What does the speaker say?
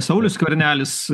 saulius skvernelis